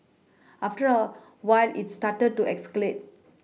after a while it started to escalate